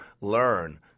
learn